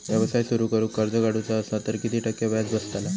व्यवसाय सुरु करूक कर्ज काढूचा असा तर किती टक्के व्याज बसतला?